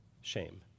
shame